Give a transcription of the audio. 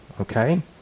okay